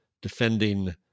defending